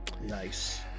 Nice